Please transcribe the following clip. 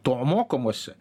to mokomasi